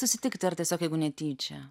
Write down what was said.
susitikti ar tiesiog jeigu netyčia